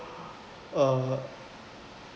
uh